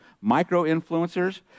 micro-influencers